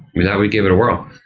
we thought we'd give it a whirl.